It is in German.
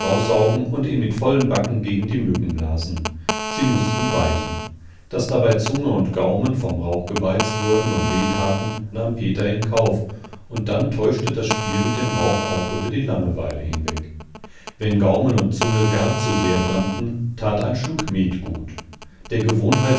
heraussaugen und ihn mit vollen backen gegen die mücken blasen sie mußten weichen daß dabei zunge und gaumen vom rauch gebeizt wurden und wehtaten nahm peter in kauf und dann täuschte das spiel mit dem rauch auch über die langeweile hinweg wenn gaumen und zunge gar zu sehr brannten tat ein schluck met gut der